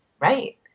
Right